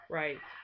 right